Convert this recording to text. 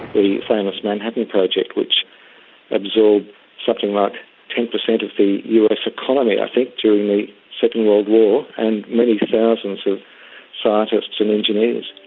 the famous manhattan project, which absorbed something like ten percent of the us economy i think during the second world war and many thousands of scientists and engineers.